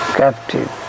captive